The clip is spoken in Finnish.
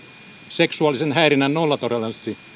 seksuaalisen häirinnän nollatoleranssi